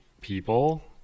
people